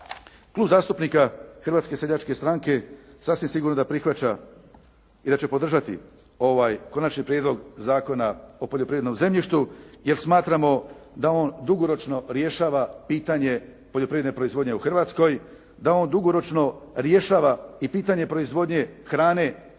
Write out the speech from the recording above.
Klub zastupnika Hrvatske seljačke stranke sasvim sigurno da prihvaća i da će podržati ovaj Konačni prijedlog Zakona o poljoprivrednom zemljištu jer smatramo da on dugoročno rješava pitanje poljoprivredne proizvodnje u Hrvatskoj, da on dugoročno rješava i pitanje proizvodnje hrane, ne